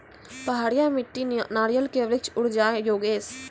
पहाड़िया मिट्टी नारियल के वृक्ष उड़ जाय योगेश?